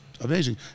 amazing